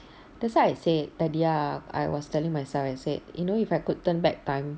that's why I said tadi ah I was telling myself I said you know if I could turn back time